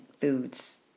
foods